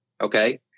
okay